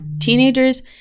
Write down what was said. teenagers